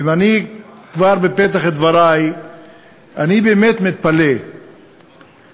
כבר בפתח דברי אני באמת מתפלא איך